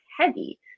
heavy